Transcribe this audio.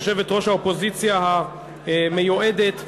יושבת-ראש האופוזיציה המיועדת,